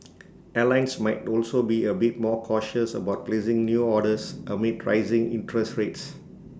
airlines might also be A bit more cautious about placing new orders amid rising interest rates